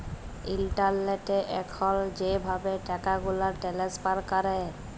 ইলটারলেটে এখল যেভাবে টাকাগুলা টেলেস্ফার ক্যরে